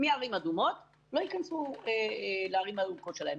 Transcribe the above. מערים אדומות לא יכנסו לערים הירוקות שלהם.